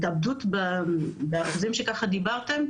התאבדות באחוזים שאמרתם,